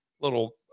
little